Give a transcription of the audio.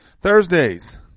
Thursdays